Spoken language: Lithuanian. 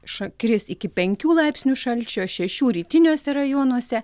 ša kris iki penkių laipsnių šalčio šešių rytiniuose rajonuose